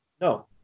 No